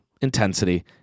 intensity